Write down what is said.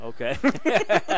Okay